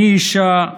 אני אישה,